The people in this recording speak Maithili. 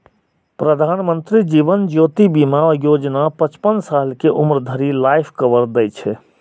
प्रधानमंत्री जीवन ज्योति बीमा योजना पचपन साल के उम्र धरि लाइफ कवर दै छै